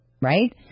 right